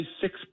six